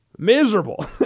Miserable